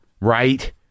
right